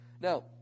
now